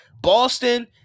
Boston